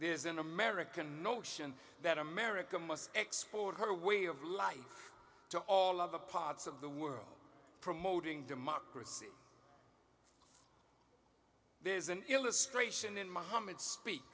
there is an american notion that america must export her way of life to all of the parts of the world promoting democracy there is an illustration in my home it speak